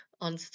on